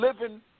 living